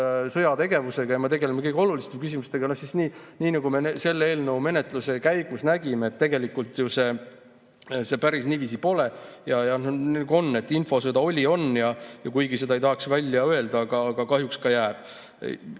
sõjategevusega ja me tegeleme kõige olulisemate küsimustega, ent nagu me selle eelnõu menetluse käigus nägime, tegelikult see päris niiviisi pole. Infosõda oli, on ja kuigi seda ei tahaks välja öelda, kahjuks ka jääb.